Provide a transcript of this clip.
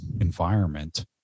environment